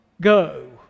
go